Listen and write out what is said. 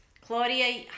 Claudia